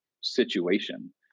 situation